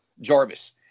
Jarvis